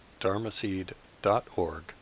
dharmaseed.org